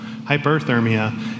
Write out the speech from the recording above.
hyperthermia